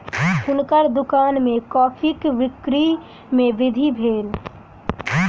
हुनकर दुकान में कॉफ़ीक बिक्री में वृद्धि भेल